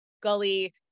gully